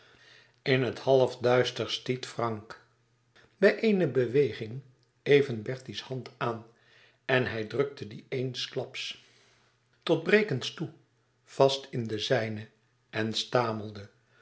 in het halfduister stiet frank bij eene beweging even bertie's hand aan en hij drukte die eensklaps tot brekens toe vast in de zijne en stamelde